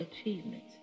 achievements